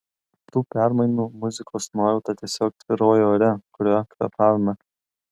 tų permainų muzikos nuojauta tiesiog tvyrojo ore kuriuo kvėpavome